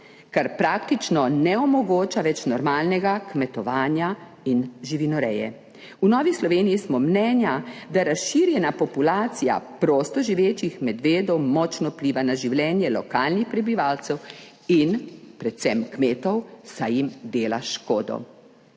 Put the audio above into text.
kar praktično ne omogoča več normalnega kmetovanja in živinoreje. V Novi Sloveniji smo mnenja, da razširjena populacija prostoživečih medvedov močno vpliva na življenje lokalnih prebivalcev in predvsem kmetov, saj jim dela škodo.